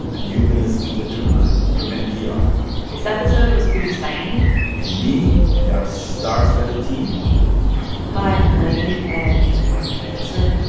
and you've been listening to throughline from npr this episode was produced by me and me, and our star-studded team hi, i'm laine. and i'm a cancer